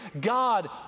God